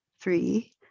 three